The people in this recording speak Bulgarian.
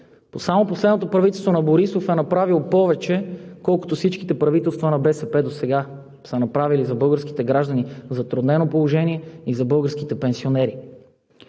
само последното правителство на Борисов е направило повече, отколкото всичките правителства на БСП досега са направили за българските граждани в затруднено положение и за българските пенсионери.